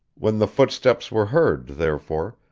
when the footsteps were heard, therefore,